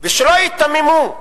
שלא ייתממו,